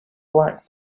black